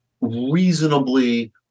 reasonably